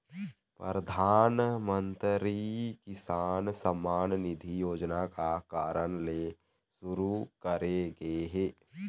परधानमंतरी किसान सम्मान निधि योजना का कारन ले सुरू करे गे हे?